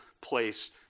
place